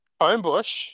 Homebush